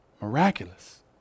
miraculous